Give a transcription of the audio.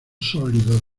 sólido